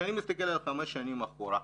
כשאני מסתכל על חמש שנים אחורה,